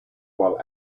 while